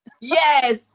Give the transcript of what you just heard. Yes